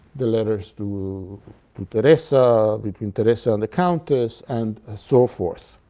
the letters to teresa, between teresa and the countess and so forth,